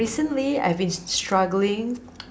recently I've been struggling